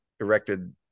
erected